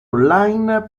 online